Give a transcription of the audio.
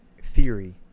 theory